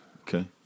Okay